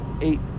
eight